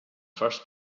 first